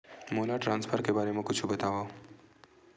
मोला ट्रान्सफर के बारे मा कुछु बतावव?